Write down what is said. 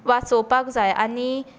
शाळा आमकां वाचोवपाक जाय